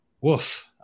woof